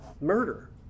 murder